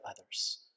others